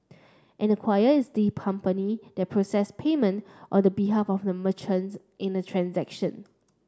an acquirer is the company that process payment on the behalf of the merchant in a transaction